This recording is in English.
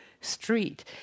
street